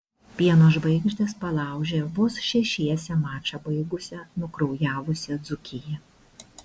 pieno žvaigždės palaužė vos šešiese mačą baigusią nukraujavusią dzūkiją